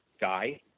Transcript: guy